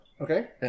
Okay